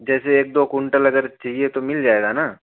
जैसे एक दो कुंटल अगर चाहिए तो मिल जाएगा न